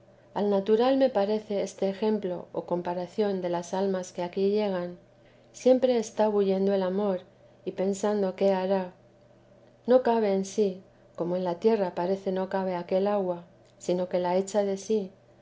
al natural me parece este ejemplo y comparación de las almas que aquí llegan siempre está bullendo el amor y pensando qué hará no cabe en sí como en la tierra parece no cabe aquella agua sino que la echa de sí